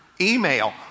email